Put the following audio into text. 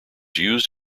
used